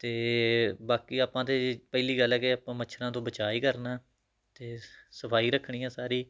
ਅਤੇ ਬਾਕੀ ਆਪਾਂ ਤਾਂ ਪਹਿਲੀ ਗੱਲ ਹੈ ਕਿ ਆਪਾਂ ਮੱਛਰਾਂ ਤੋਂ ਬਚਾਅ ਹੀ ਕਰਨਾ ਅਤੇ ਸਫ਼ਾਈ ਰੱਖਣੀ ਹੈ ਸਾਰੀ